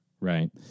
right